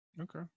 okay